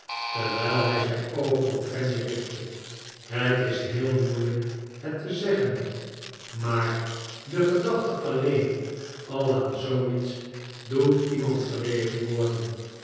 terwijl hij zijn oogen op fanny richtte het is heel moeilijk het te zeggen maar de gedachte alleen al aan zooiets doet iemand verlegen worden